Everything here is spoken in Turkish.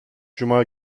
cuma